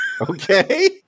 Okay